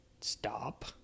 stop